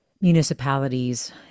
municipalities